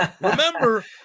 remember